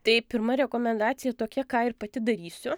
tai pirma rekomendacija tokia ką ir pati darysiu